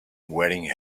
wearing